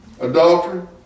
adultery